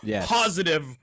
positive